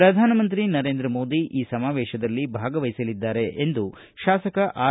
ಪ್ರಧಾನ ಮಂತ್ರಿ ನರೇಂದ್ರ ಮೋದಿ ಈ ಸಮಾವೇಶದಲ್ಲಿ ಭಾಗವಹಿಸಲಿದ್ಲಾರೆ ಎಂದು ತಾಸಕ ಆರ್